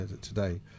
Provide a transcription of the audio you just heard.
today